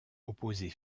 opposés